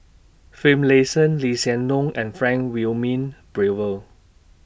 Finlayson Lee Hsien Loong and Frank Wilmin Brewer